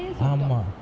!alamak!